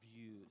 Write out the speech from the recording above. views